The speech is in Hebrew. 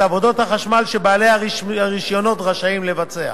עבודות החשמל שבעלי הרשיונות רשאים לבצע,